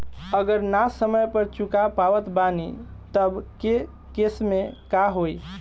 अगर ना समय पर चुका पावत बानी तब के केसमे का होई?